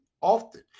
often